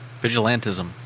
Vigilantism